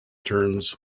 turns